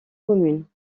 commune